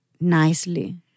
nicely